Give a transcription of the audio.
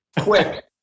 Quick